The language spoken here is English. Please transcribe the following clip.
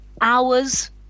hours